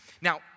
Now